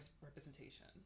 representation